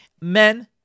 men